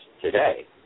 today